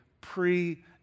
pre